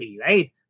right